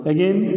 Again